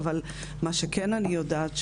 אבל מה שכן אני יודעת,